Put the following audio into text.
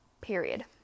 Period